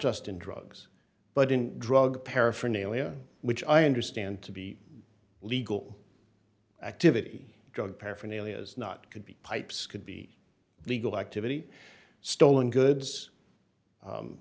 just in drugs but in drug paraphernalia which i understand to be legal activity drug paraphernalia is not could be pipes could be illegal activity stolen goods